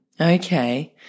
Okay